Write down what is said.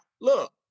look